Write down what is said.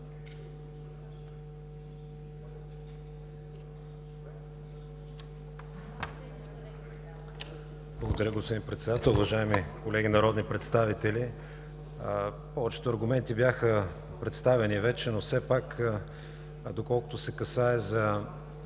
Благодаря, господин Председател. Уважаеми колеги народни представители, повечето аргументи бяха представени вече, но все пак, доколкото се касае за